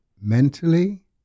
mentally